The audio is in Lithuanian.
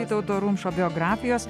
vytauto rumšo biografijos